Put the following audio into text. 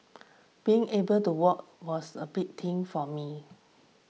being able to walk was a big thing for me